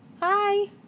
Hi